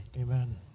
Amen